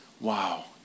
wow